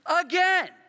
again